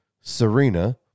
Serena